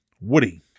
Woody